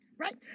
Right